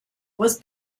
was